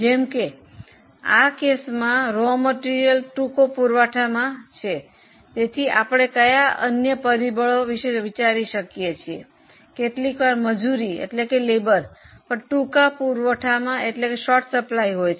જેમ કે આ કેસમાં કાચો માલ ટૂંકા પુરવઠામાં છે તેથી આપણે કયા અન્ય પરિબળો વિશે વિચારી શકીએ છીએ કેટલીકવાર મજૂર પણ ટૂંકા પુરવઠામાં હોય છે